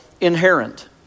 inherent